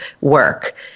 work